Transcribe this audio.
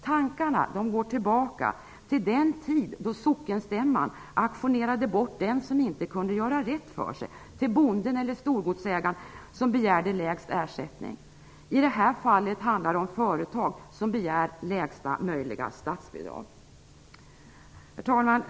Tankarna går tillbaka till den tid då sockenstämman auktionerade bort den som inte kunde göra rätt för sig till bonden eller storgodsägaren som begärde lägst ersättning. I det här fallet handlar det om företag som begär lägsta möjliga statsbidrag. Herr talman!